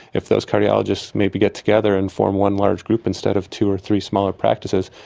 if those cardiologists maybe get together and form one large group instead of two or three smaller practices,